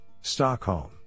Stockholm